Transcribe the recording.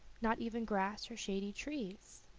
not even grass or shady trees.